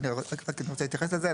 אני רוצה להתייחס לזה.